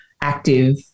active